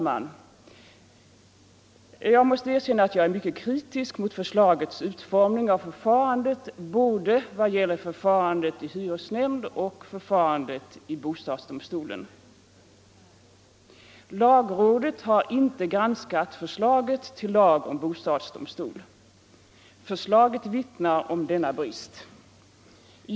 Jag måste erkänna att jag är mycket kritisk mot förslagets utformning av förfarandet både vad gäller förfarandet i hyresnämnd och i bostadsdomstolen. Lagrådet har inte granskat förslaget till lag om bostadsdomstol. Förslaget vittnar om denna brist.